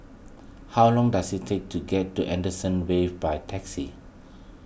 how long does it take to get to Wave by taxi